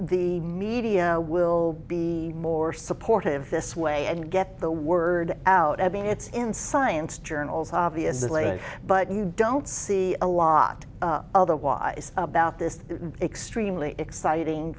the media will be more supportive this way and get the word out i mean it's in science journals obviously but you don't see a lot otherwise about this extremely exciting